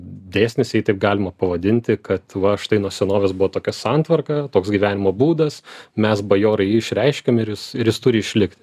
dėsnis jei taip galima pavadinti kad va štai nuo senovės buvo tokia santvarka toks gyvenimo būdas mes bajorai jį išreiškėm ir jis ir jis turi išlikt